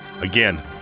Again